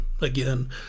again